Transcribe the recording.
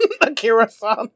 Akira-san